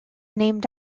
named